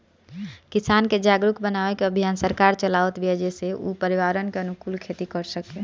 किसान के जागरुक बनावे के अभियान सरकार चलावत बिया जेसे उ पर्यावरण के अनुकूल खेती कर सकें